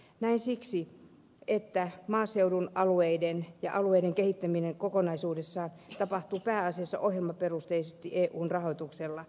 näin siksi että maaseudun ja alueiden kehittäminen kokonaisuudessaan tapahtuu pääasiassa ohjelmaperusteisesti eun rahoituksella